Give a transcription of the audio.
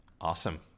Awesome